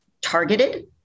targeted